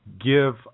give